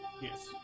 Yes